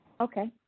Okay